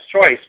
choice